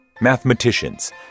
Mathematicians